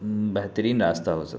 بہترین راستہ ہو سکتی ہے